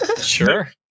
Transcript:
Sure